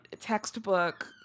textbook